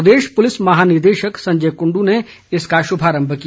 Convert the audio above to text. प्रदेश पुलिस महानिदेशक संजय कुंडू ने इसका शुभारम्भ किया